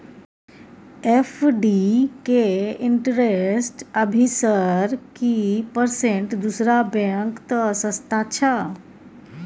FD के interest अभी sir की परसेंट दूसरा बैंक त सस्ता छः?